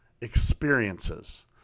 experiences